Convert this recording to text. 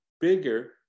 bigger